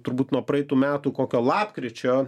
turbūt nuo praeitų metų kokio lapkričio